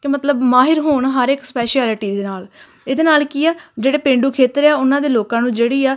ਕਿ ਮਤਲਬ ਮਾਹਿਰ ਹੋਣ ਹਰ ਇੱਕ ਸਪੈਸ਼ਲਿਟੀ ਦੇ ਨਾਲ ਇਹਦੇ ਨਾਲ ਕੀ ਆ ਜਿਹੜੇ ਪੇਂਡੂ ਖੇਤਰ ਆ ਉਹਨਾਂ ਦੇ ਲੋਕਾਂ ਨੂੰ ਜਿਹੜੀ ਆ